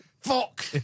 Fuck